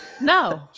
No